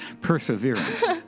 perseverance